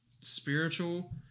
spiritual